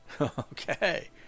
Okay